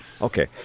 Okay